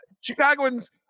Chicagoans